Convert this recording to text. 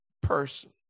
person